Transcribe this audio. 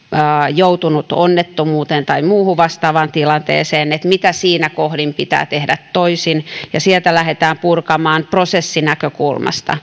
joutunut onnettomuuteen tai muuhun vastaavaan tilanteeseen siitä mitä siinä kohdin pitää tehdä toisin ja sieltä lähdetään purkamaan prosessinäkökulmasta